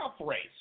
race